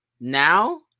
Now